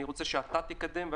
אני רוצה שאתה תקדם,